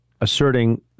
asserting